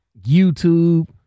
YouTube